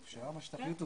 קובי,